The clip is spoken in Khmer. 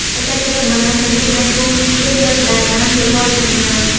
បច្ចេកទេសបុរាណទាំងនេះអាចរួមមានដូចដែលបានរៀបរាប់ខាងក្រោម។